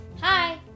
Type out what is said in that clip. Hi